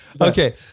Okay